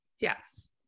Yes